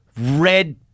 red